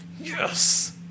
Yes